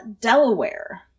Delaware